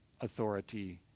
authority